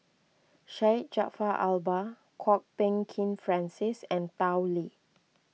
Syed Jaafar Albar Kwok Peng Kin Francis and Tao Li